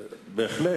בהחלט.